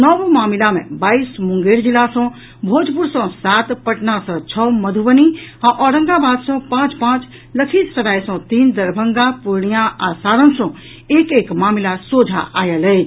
नव मामिला मे बाईस मुंगेर जिला सँ भोजपुर सँ सात पटना सँ छओ मधुबनी आ औरंगाबाद सँ पांच पांच लखीसराय सँ तीन दरभंगा पूर्णियां आ सारण सँ एक एक मामिला सोझा आयल अछि